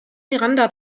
miranda